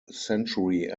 century